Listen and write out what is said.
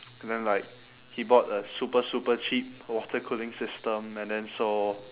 and then like he bought a super super cheap water cooling system and then so